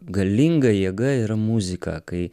galinga jėga yra muzika kai